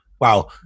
wow